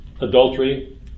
Adultery